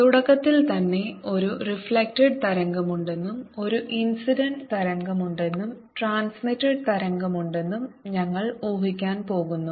തുടക്കത്തിൽ തന്നെ ഒരു റിഫ്ലെക്ടഡ് തരംഗമുണ്ടെന്നും ഒരു ഇൻസിഡന്റ് തരംഗമുണ്ടെന്നും ട്രാൻസ്മിറ്റഡ് തരംഗമുണ്ടെന്നും ഞങ്ങൾ ഊഹിക്കാൻ പോകുന്നു